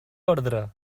ordre